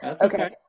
Okay